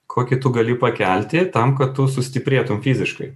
kokį tu gali pakelti tam kad tu sustiprėtum fiziškai